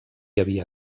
havia